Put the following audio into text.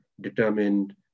determined